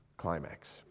climax